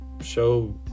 show